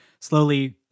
slowly